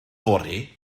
fory